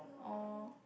oh